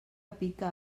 pica